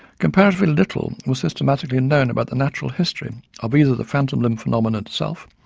comparatively little was systematically and known about the natural history of either the phantom limb phenomenon itself,